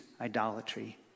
idolatry